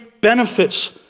benefits